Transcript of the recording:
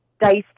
diced